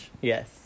Yes